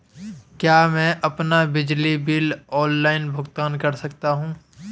क्या मैं अपना बिजली बिल ऑनलाइन भुगतान कर सकता हूँ?